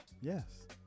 Yes